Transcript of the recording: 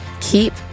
Keep